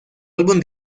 álbum